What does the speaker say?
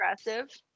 aggressive